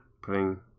putting